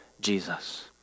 Jesus